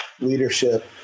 leadership